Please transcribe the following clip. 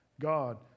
God